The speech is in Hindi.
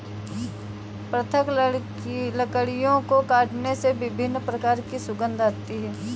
पृथक लकड़ियों को काटने से विभिन्न प्रकार की सुगंध आती है